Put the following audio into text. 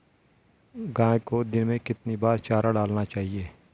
गाय को दिन में कितनी बार चारा डालना चाहिए?